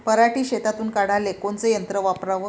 पराटी शेतातुन काढाले कोनचं यंत्र वापराव?